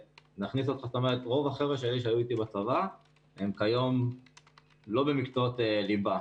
רוב החבר'ה שהיו אתי בצבא הם כיום לא במקצועות ליבה